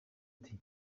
ati